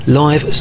live